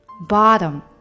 bottom